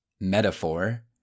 metaphor